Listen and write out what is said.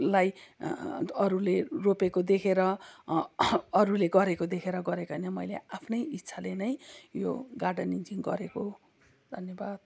लाई अरूले रोपेको देखेर अरूले गरेको देखेर गरेको होइन मैले आफ्नै इच्छाले नै यो गार्डनिङ चाहिँ गरेको हो धन्यवाद